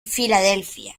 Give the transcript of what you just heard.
filadelfia